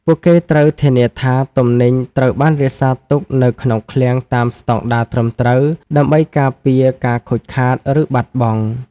ពួកគេត្រូវធានាថាទំនិញត្រូវបានរក្សាទុកនៅក្នុងឃ្លាំងតាមស្តង់ដារត្រឹមត្រូវ ដើម្បីការពារការខូចខាត ឬបាត់បង់។